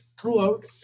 throughout